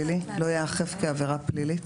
ייאכף כעבירה פלילית?